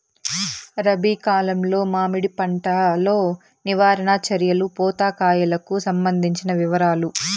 రబి కాలంలో మామిడి పంట లో నివారణ చర్యలు పూత కాయలకు సంబంధించిన వివరాలు?